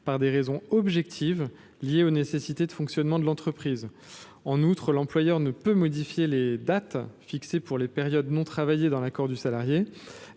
par des raisons objectives liées aux nécessités de fonctionnement de l’entreprise. En outre, l’employeur ne peut modifier les dates fixées pour les périodes non travaillées sans l’accord du salarié.